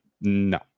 No